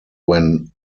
when